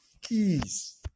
Keys